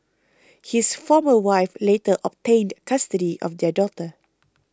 his former wife later obtained custody of their daughter